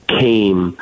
came